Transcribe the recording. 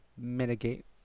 mitigate